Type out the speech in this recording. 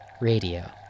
Radio